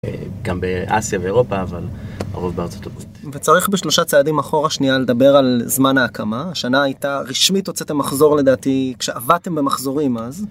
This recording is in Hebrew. גם באסיה ואירופה, אבל הרוב בארה״ב. וצריך בשלושה צעדים אחורה שניה לדבר על שלב ההקמה, השנה הייתה. רישמית הייתה המחזור נראה לי כשעבדתם במחזורים אז